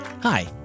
Hi